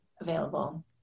available